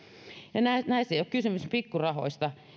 ja näissä ei ole kysymys pikkurahoista